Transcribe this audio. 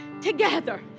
Together